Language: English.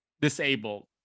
disabled